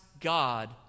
God